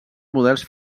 models